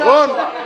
נכון?